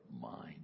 mind